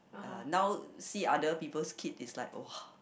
uh now see other people's kids is like !wah!